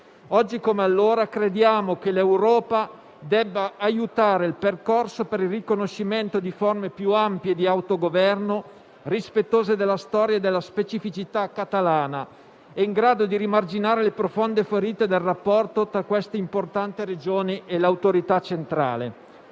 Oggi, come allora, crediamo che l'Europa debba aiutare il percorso per il riconoscimento di forme più ampie di autogoverno rispettose della storia e della specificità catalana e in grado di rimarginare le profonde ferite del rapporto tra questa importante Regione e l'autorità centrale.